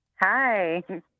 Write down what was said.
Hi